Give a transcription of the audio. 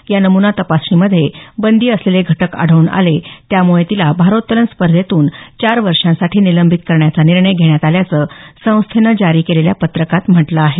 या नमुना तपासणीमध्ये बंदी असलेले घटक आढळून आले त्यामुळे तिला भारोत्तलन स्पर्धेतून चार वर्षांसाठी निलंबित करण्याचा निर्णय घेण्यात आल्याचं संस्थेनं जारी केलेल्या पत्रकात म्हटलं आहे